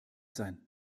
sein